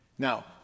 Now